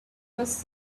was